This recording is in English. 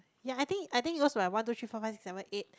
ya I think I think lost by one two three four five six seven eight